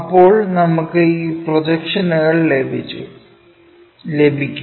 അപ്പോൾ നമുക്ക് ഈ പ്രൊജക്ഷനുകൾ ലഭിക്കും